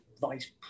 vice